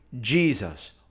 Jesus